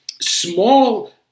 small